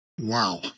Wow